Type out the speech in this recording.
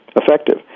effective